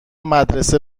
مدرسه